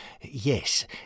yes